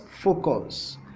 focus